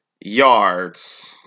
yards